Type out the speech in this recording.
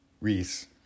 Reese